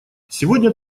сегодня